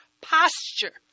posture